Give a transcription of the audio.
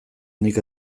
nik